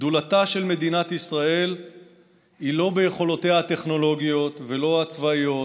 גדולתה של מדינת ישראל היא לא ביכולותיה הטכנולוגיות ולא הצבאיות,